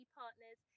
partners